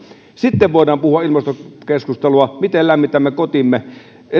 sitten voidaan käydä ilmastokeskustelua siitä miten lämmitämme kotimme